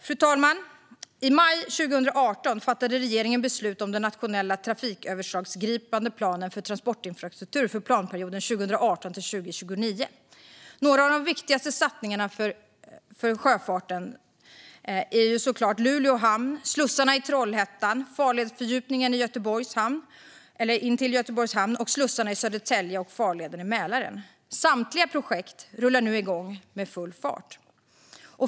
Fru talman! I maj 2018 fattade regeringen beslut om den nationella trafikslagsövergripande planen för transportinfrastrukturen för planperioden 2018-2029. Några av de viktigaste satsningarna för sjöfarten är såklart Luleå hamn, slussarna i Trollhättan, farledsfördjupningen intill Göteborgs hamn, slussarna i Södertälje och farleden i Mälaren. Samtliga projekt rullar nu igång med full fart.